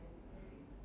oh